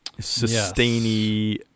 sustainy